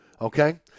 okay